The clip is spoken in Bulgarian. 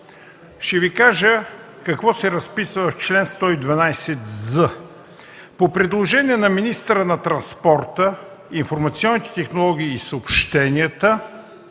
Ще Ви кажа какво се разписва в чл. 112з: „По предложение на министъра на транспорта, информационните технологии и съобщенията